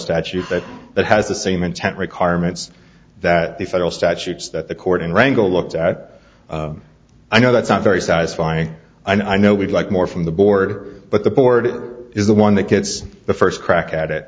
statute that that has the same intent requirements that the federal statutes that the court in wrangel looked at i know that's not very satisfying i know we'd like more from the board but the board is the one that gets the first crack at it